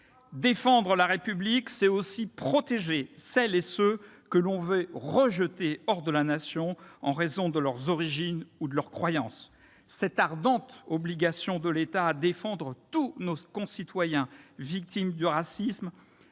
Défendre la République, c'est aussi protéger celles et ceux que l'on veut rejeter hors de la Nation en raison de leurs origines ou de leurs croyances. Cette ardente obligation de l'État de défendre tous nos concitoyens victimes du racisme